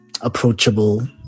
approachable